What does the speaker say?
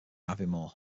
aviemore